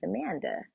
Amanda